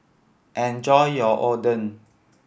enjoy your Oden